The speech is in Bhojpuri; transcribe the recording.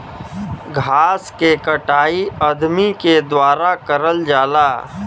घास के कटाई अदमी के द्वारा करल जाला